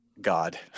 God